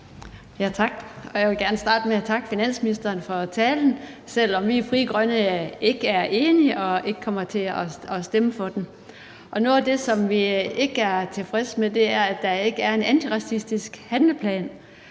Tak. Jeg vil gerne starte med at takke finansministeren for talen, selv om vi i Frie Grønne ikke er enige og ikke kommer til at stemme for den. Noget af det, som vi ikke er tilfredse med, er, at der ikke er en antiracistisk handleplan.